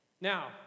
Now